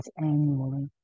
annually